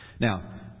Now